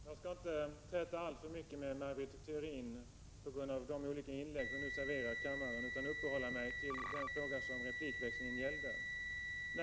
Herr talman! Jag skall inte träta alltför mycket med Maj Britt Theorin med anledning av de olika inlägg hon nu serverar kammarens ledamöter utan uppehålla mig vid den fråga som replikväxlingen gällde.